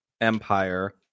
empire